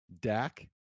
Dak